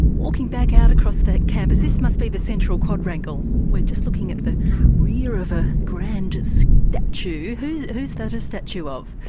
walking back out across the campus. this must be the central quadrangle. we are just looking at the rear of a grand so statue who's and who's that a statue of?